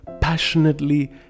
passionately